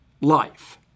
life